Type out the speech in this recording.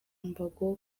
mbago